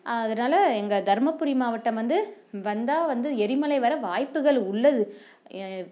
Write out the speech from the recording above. அதனால எங்கள் தர்மபுரி மாவட்டம் வந்து வந்தால் வந்து எரிமலை வர வாய்ப்புகள் உள்ளது